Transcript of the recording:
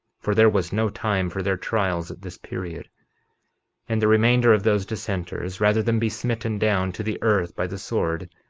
for there was no time for their trials at this period and the remainder of those dissenters, rather than be smitten down to the earth by the sword,